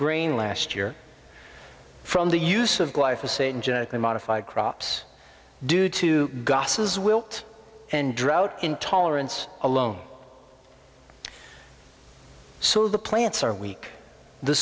grain last year from the use of life is a genetically modified crops due to gus's wilt and drought intolerance alone so the plants are weak the